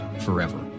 forever